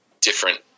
different